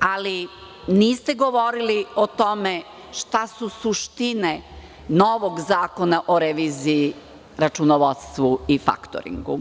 ali niste govorili o tome šta su suštine novog zakona o reviziji, računovodstvu i faktoringu.